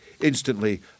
Instantly